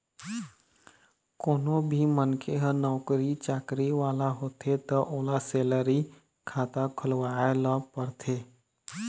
कोनो भी मनखे ह नउकरी चाकरी वाला होथे त ओला सेलरी खाता खोलवाए ल परथे